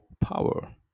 power